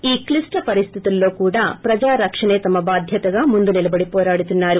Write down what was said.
ఈ క్లప్ట పరిస్టితులలో కూడా ప్రజారక్షణే తమ బాధ్యతగా ముందు నిలబడి పోరాడుతున్నారు